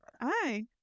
Hi